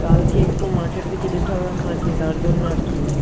কালকে একটু মাঠের দিকে যেতে হবে আমাকে তার জন্য আর কি